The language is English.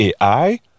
AI